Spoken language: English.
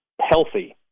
healthy